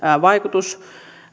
vaikutus